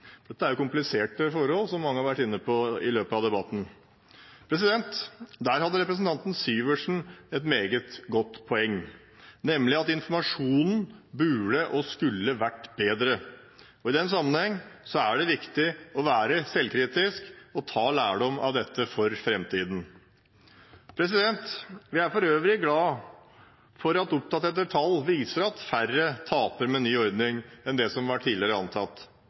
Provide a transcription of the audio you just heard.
Dette er kompliserte forhold, som mange har vært inne på i løpet av debatten. Der hadde representanten Syversen et meget godt poeng, nemlig at informasjonen burde og skulle vært bedre. I den sammenheng er det viktig å være selvkritisk og ta lærdom av dette for framtiden. Jeg er for øvrig glad for at oppdaterte tall viser at færre taper med ny ordning enn det som har vært tidligere antatt.